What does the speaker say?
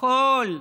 הכול,